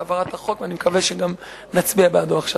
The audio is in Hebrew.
בהעברת החוק, ואני גם מקווה שנצביע בעדו עכשיו.